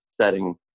setting